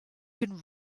can